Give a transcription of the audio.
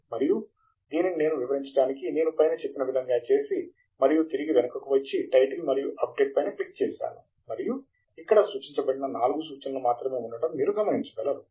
మరియు దీనిని నేను వివరించడానికి నేను పైన చెప్పిన విధముగా చేసి మరియు తిరిగి వెనుకకి వచ్చి టైటిల్ మరియు అప్ డేట్ పైన క్లిక్ చేశాను మరియు ఇక్కడ సూచించబడిన నాలుగు సూచనలు మాత్రమే ఉండటం మీరు గమనించగలరు